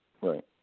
right